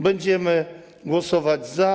Będziemy głosować za.